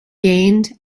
gained